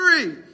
three